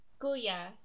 kuya